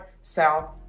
south